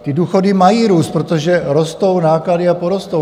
Ty důchody mají růst, protože rostou náklady a porostou.